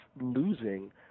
losing